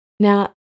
Now